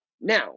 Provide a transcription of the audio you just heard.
Now